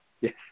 yes